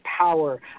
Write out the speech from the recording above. power